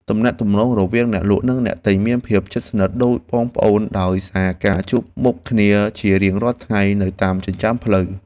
ទំនាក់ទំនងរវាងអ្នកលក់និងអ្នកទិញមានភាពជិតស្និទ្ធដូចបងប្អូនដោយសារការជួបមុខគ្នាជារៀងរាល់ថ្ងៃនៅតាមចិញ្ចើមផ្លូវ។